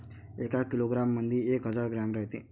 एका किलोग्रॅम मंधी एक हजार ग्रॅम रायते